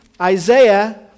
Isaiah